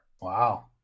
Wow